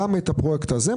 גם את הפרויקט הזה,